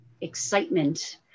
excitement